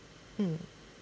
mm